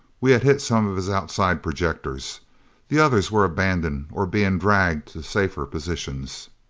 we had hit some of his outside projectors the others were abandoned, or being dragged to safer positions.